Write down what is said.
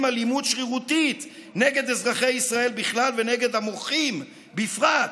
אלימות שרירותית נגד אזרחי ישראל בכלל ונגד המוחים בפרט.